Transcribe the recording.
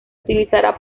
utilizará